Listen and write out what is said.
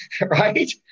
right